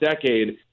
decade